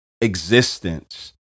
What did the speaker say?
existence